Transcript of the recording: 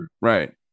Right